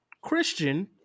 Christian